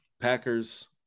Packers